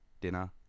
dinner